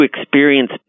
experience